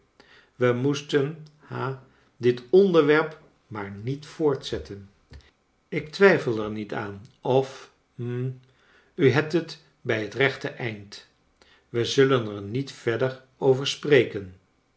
we moesten jia dit onderwerp n mar niet voortzetten ik twijfel er met aan of lim u hebt het bij hot reel to cind wij zullen er niet verder over spreken